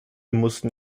mussten